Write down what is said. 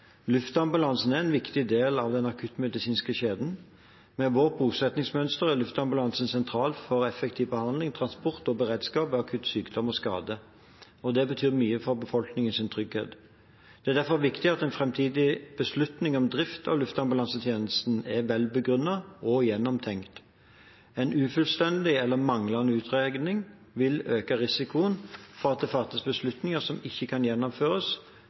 Luftambulansen er en viktig del av den akuttmedisinske kjeden. Med vårt bosettingsmønster er luftambulansen sentral for effektiv behandling, transport og beredskap ved akutt sykdom og skade. Det betyr mye for befolkningens trygghet. Det er derfor viktig at en framtidig beslutning om drift av luftambulansetjenesten er velbegrunnet og gjennomtenkt. En ufullstendig eller manglende utredning vil øke risikoen for at det fattes beslutninger som ikke kan gjennomføres,